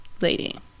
lady